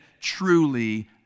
truly